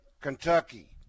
Kentucky